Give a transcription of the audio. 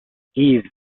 heave